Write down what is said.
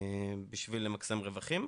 על מנת למקסם רווחים.